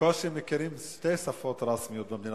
בקושי מכירים שתי שפות רשמיות במדינה,